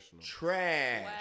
Trash